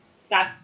stop